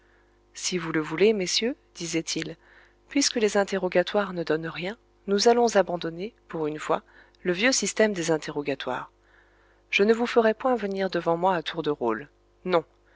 si vous le voulez messieurs disait-il puisque les interrogatoires ne donnent rien nous allons abandonner pour une fois le vieux système des interrogatoires je ne vous ferai point venir devant moi à tour de rôle non